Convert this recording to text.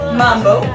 mambo